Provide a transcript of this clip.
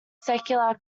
secular